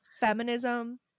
feminism